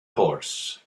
horse